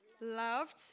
loved